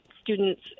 students